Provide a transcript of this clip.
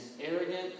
arrogant